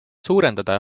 suurendada